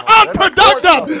unproductive